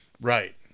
Right